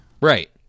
Right